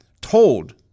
told